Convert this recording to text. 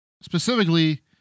specifically